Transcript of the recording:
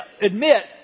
admit